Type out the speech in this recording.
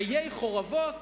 עיי חורבות